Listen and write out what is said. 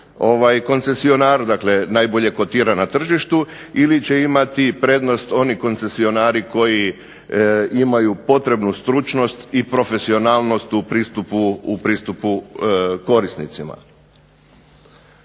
koncesionar, dakle najbolje kotira na tržištu ili će imati prednost oni koncesionari koji imaju potrebnu stručnost i profesionalnost u pristupu korisnicima.